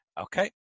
Okay